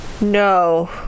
No